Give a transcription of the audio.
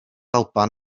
alban